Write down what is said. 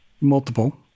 multiple